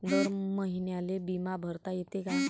दर महिन्याले बिमा भरता येते का?